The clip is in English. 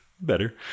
better